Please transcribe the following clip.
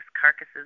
carcasses